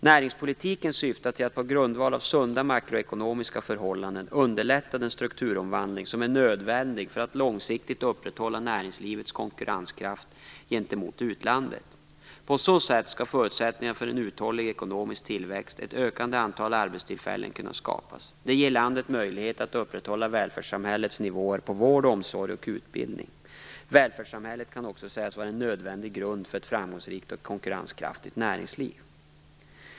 Näringspolitiken syftar till att på grundval av sunda makroekonomiska förhållanden underlätta den strukturomvandling som är nödvändig för att långsiktigt upprätthålla näringslivets konkurrenskraft gentemot utlandet. På så sätt skall förutsättningarna för en uthållig ekonomisk tillväxt och ett ökande antal arbetstillfällen kunna skapas. Det ger landet möjlighet att upprätthålla välfärdssamhällets nivåer på vård, omsorg och utbildning. Välfärdssamhället kan också sägas vara en nödvändig grund för ett framgångsrikt och konkurrenskraftigt näringsliv.